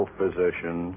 physician